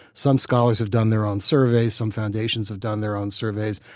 some scholars have done their own surveys. some foundations have done their own surveys.